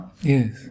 Yes